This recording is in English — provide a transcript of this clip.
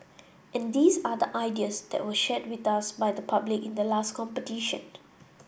and these are the ideas that were shared with us by the public in the last competition